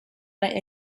bei